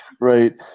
right